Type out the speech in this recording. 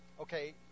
Okay